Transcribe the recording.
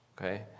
Okay